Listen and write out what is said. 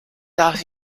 darf